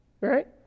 Right